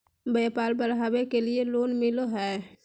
व्यापार बढ़ावे के लिए लोन मिलो है?